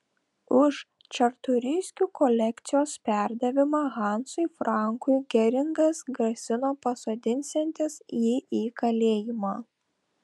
už čartoriskių kolekcijos perdavimą hansui frankui geringas grasino pasodinsiantis jį į kalėjimą